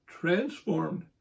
transformed